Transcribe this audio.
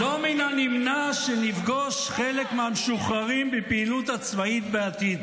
"לא מן הנמנע שנפגוש חלק מהמשוחררים בפעילות הצבאית בעתיד.